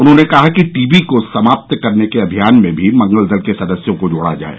उन्होंने कहा कि टीबी को समाप्त करने के अमियान में भी मंगल दल के सदस्यों को जोड़ा जाये